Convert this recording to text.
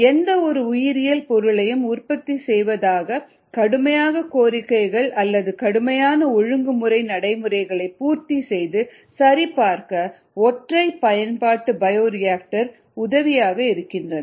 எந்தவொரு உயிரியல் பொருளையும் உற்பத்தி செய்வதற்கான கடுமையான கோரிக்கைகள் அல்லது கடுமையான ஒழுங்குமுறை நடைமுறைகளை பூர்த்தி செய்து சரிபார்க்க ஒற்றை பயன்பாட்டு பயோரியாக்டர்கள் உதவியாக இருக்கின்றன